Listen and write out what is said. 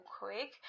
quick